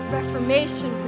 Reformation